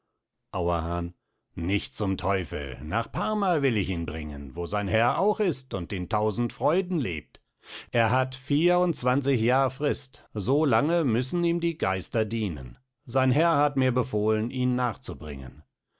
auerhahn nicht zum teufel nach parma will ich ihn bringen wo sein herr auch ist und in tausend freuden lebt er hat vier und zwanzig jahr frist so lange müßen ihm die geister dienen sein herr hat mir befohlen ihn nachzubringen